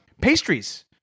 pastries